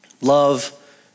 Love